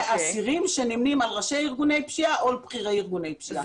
אלה אסירים שנמנים על ראשי ארגוני פשיעה או בכירי ארגוני פשיעה.